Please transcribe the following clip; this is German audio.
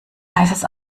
heißes